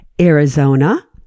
Arizona